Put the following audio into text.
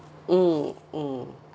mm mm